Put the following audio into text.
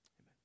Amen